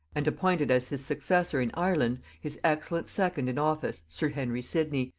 and appointed as his successor in ireland his excellent second in office sir henry sidney,